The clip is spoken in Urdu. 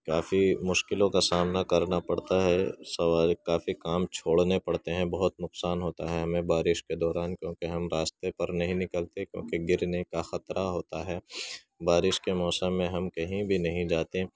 کافی مشکلوں کا سامنا کرنا پڑتا ہے سواری کافی کام چھوڑنے پڑتے ہیں بہت نقصان ہوتا ہے ہمیں بارش کے دوران کیونکہ ہم راستے پر نہیں نکلتے کیونکہ گرنے کا خطرہ ہوتا ہے بارش کے موسم میں ہم کہیں بھی نہیں جاتے